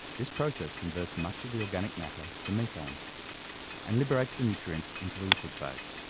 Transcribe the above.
this process converts much of the organic matter to methane and liberates the nutrients into the liquid phase.